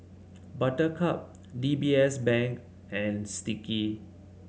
Buttercup D B S Bank and Sticky